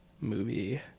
movie